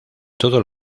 todos